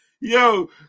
Yo